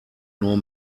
nur